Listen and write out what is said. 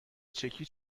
چکی